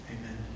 amen